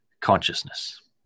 consciousness